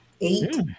eight